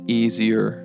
easier